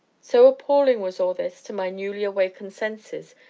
so appalling was all this to my newly-awakened senses,